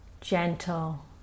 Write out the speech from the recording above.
gentle